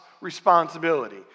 responsibility